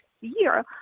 year